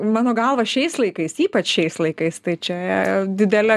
mano galva šiais laikais ypač šiais laikais tai čia didelė